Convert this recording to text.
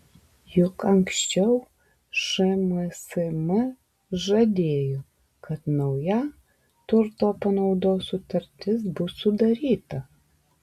juk anksčiau šmsm žadėjo kad nauja turto panaudos sutartis bus sudaryta